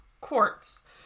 quartz